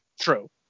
true